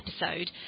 episode